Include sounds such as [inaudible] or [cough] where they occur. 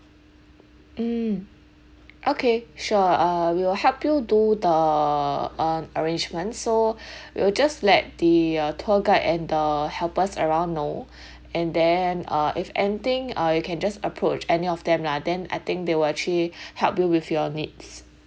mm okay sure uh we will help you do the um arrangement so [breath] we will just let the uh tour guide and the helpers around know [breath] and then uh if anything uh you can just approach any of them lah then I think they will actually [breath] help you with your needs